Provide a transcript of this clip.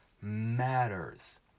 matters